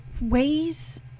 ways